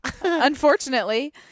Unfortunately